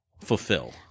fulfill